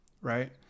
Right